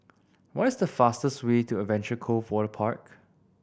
what is the fastest way to Adventure Cove Waterpark